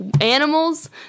animals